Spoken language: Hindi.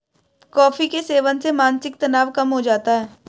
कॉफी के सेवन से मानसिक तनाव कम हो जाता है